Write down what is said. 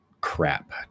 crap